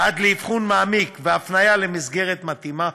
עד לאבחון מעמיק והפניה למסגרת מתאימה.